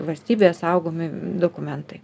valstybėje saugomi dokumentai